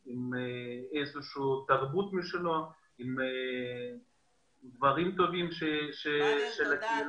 איזושהי תרבות משלו ועם דברים טובים של הקהילה.